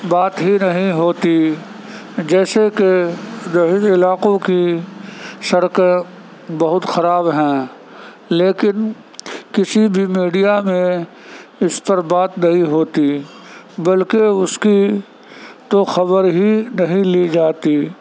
بات ہی نہیں ہوتی جیسے کہ دیہی علاقوں کی سڑکیں بہت خراب ہیں لیکن کسی بھی میڈیا میں اس پر بات نہیں ہوتی بلکہ اس کی تو خبر ہی نہیں لی جاتی